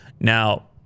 Now